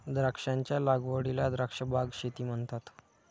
द्राक्षांच्या लागवडीला द्राक्ष बाग शेती म्हणतात